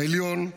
העליון,